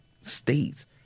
states